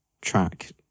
track